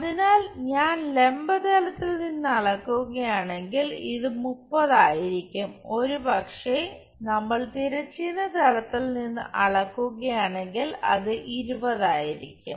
അതിനാൽ ഞാൻ ലംബ തലത്തിൽ നിന്ന് അളക്കുകയാണെങ്കിൽ ഇത് 30 ആയിരിക്കും ഒരുപക്ഷെ നമ്മൾ തിരശ്ചീന തലത്തിൽ നിന്ന് അളക്കുകയാണെങ്കിൽ അത് 20 ആയിരിക്കും